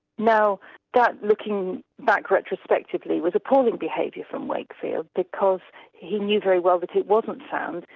now that looking back retrospectively, was appalling behaviour from wakefield, because he knew very well that it wasn't sound.